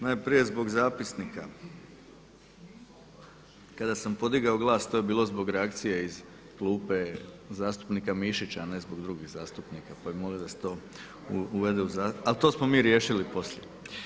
Najprije zbog zapisnika, kada sam podigao glas to je bilo zbog reakcije iz klube zastupnika Mišića, a ne zbog drugih zastupnika pa bih molio da se to uvede u, ali to smo mi riješili poslije.